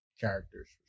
characters